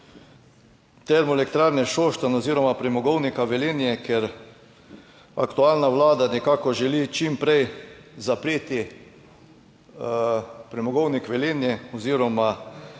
Termoelektrarne Šoštanj oziroma Premogovnika Velenje, ker aktualna Vlada nekako želi čim prej zapreti Premogovnik Velenje oziroma